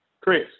Chris